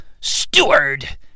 steward